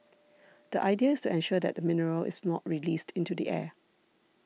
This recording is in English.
the idea is to ensure that the mineral is not released into the air